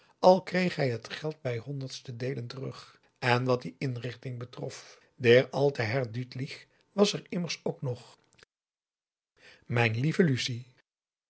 al kreeg hij t geld bij honderdste deelen terug en wat die inrichting betrof d e r a l t e h e r r d r ü t l i c h was er immers ook nog mijn lieve lucie